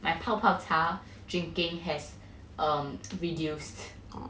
my 泡泡茶 drinking has err reduced